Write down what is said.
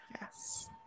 yes